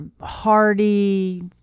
hardy